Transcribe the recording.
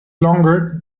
longer